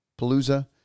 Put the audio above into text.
palooza